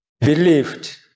believed